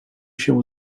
się